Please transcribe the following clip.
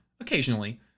occasionally